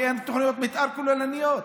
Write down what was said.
כי אין תוכניות מתאר כוללניות.